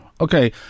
Okay